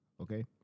Okay